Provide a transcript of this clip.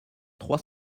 trois